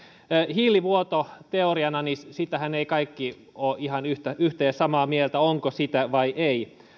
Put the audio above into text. hiilivuoto teoriana siitähän eivät kaikki ole ihan yhtä ja samaa mieltä onko sitä vai ei